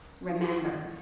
remember